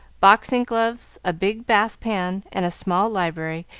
boxing-gloves, a big bath-pan and a small library,